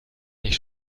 nicht